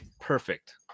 perfect